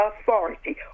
authority